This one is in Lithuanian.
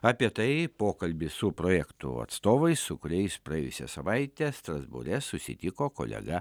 apie tai pokalbis su projektų atstovais su kuriais praėjusią savaitę strasbūre susitiko kolega